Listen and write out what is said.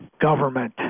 government